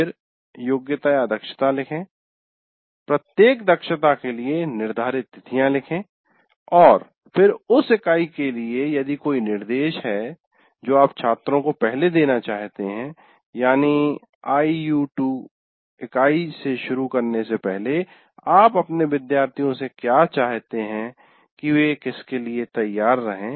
फिर योग्यता लिखें प्रत्येक दक्षता के लिए निर्धारित तिथियां लिखें और फिर उस इकाई के लिए यदि कोई निर्देश है जो आप छात्रों को पहले देना चाहते हैं यानी IU2 इकाई से शुरू करने से पहले आप अपने विद्यार्थियों से क्या चाहते हैं की वे किसके लिए तैयार रहें